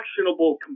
actionable